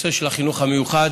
בנושא של החינוך המיוחד.